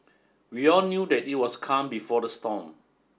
we all knew that it was the calm before the storm